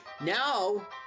now